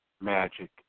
magic